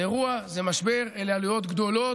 זה אירוע, זה משבר, אלה עלויות גדולות.